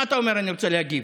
למה אתה אומר: אני רוצה להגיב?